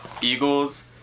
Eagles